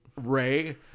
Ray